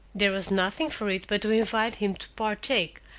there was nothing for it but to invite him to partake,